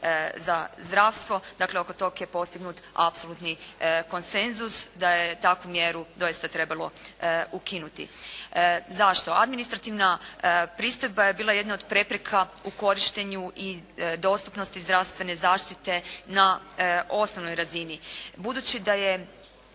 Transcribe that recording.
za zdravstvo, dakle oko toga je postignut apsolutni konsenzus, da je takvu mjeru doista trebalo ukinuti. Zašto? Administrativna pristojba je bila jedna od prepreka u korištenju i dostupnosti zdravstvene zaštite na osnovnoj razini. Budući da je